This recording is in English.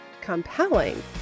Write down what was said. compelling